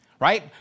right